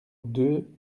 deux